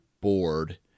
board